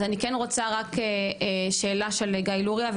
אז אני כן רוצה רק שאלה של גיא לוריא,